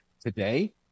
today